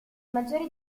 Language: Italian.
maggiori